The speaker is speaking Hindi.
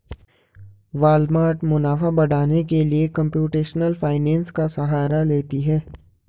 वालमार्ट मुनाफा बढ़ाने के लिए कंप्यूटेशनल फाइनेंस का सहारा लेती है